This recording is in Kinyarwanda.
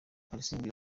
kalisimbi